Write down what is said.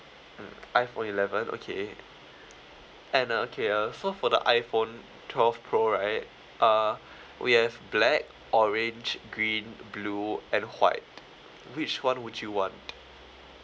mm iphone eleven okay and uh okay uh so for the iphone twelve pro right uh we have black orange green blue and white which one would you want